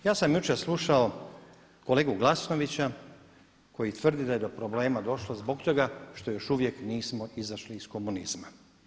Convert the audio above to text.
Ja sam jučer slušao kolegu Glasnovića koji tvrdi da je do problema došlo što još uvijek nismo izašli iz komunizma.